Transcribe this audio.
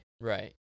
Right